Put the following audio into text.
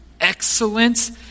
Excellence